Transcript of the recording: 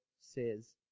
says